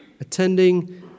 Attending